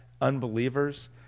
unbelievers